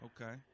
Okay